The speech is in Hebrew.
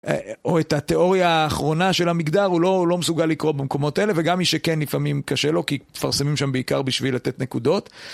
או את התיאוריה האחרונה של המגדר הוא לא מסוגל לקרוא במקומות אלה וגם מי שכן לפעמים קשה לו כי פרסמים שם בעיקר בשביל לתת נקודות